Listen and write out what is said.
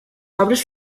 arbres